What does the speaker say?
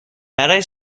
برای